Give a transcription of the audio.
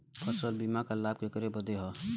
फसल बीमा क लाभ केकरे बदे ह?